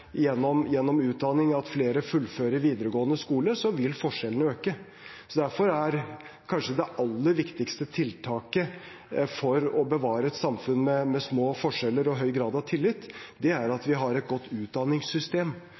gjennom utdanning og at flere fullfører videregående skole, vil forskjellene øke. Derfor er kanskje det aller viktigste tiltaket for å bevare et samfunn med små forskjeller og høy grad av tillit at vi har et godt utdanningssystem,